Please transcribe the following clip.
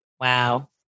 Wow